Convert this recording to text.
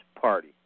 Party